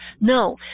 No